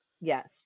yes